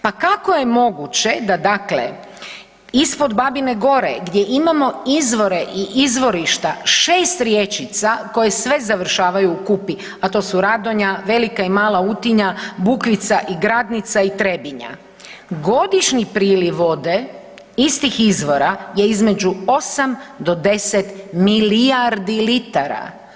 Pa kako je moguće da dakle ispod Babine Gore gdje imamo izvore i izvorišta 6 rječica koje sve završavaju u Kupi, a to su Radonja, velika i mala Utinja, Bukvica i Gradnica i Trebinja, godišnji priliv vode iz tih izvora je između 8 do 10 milijardi litara.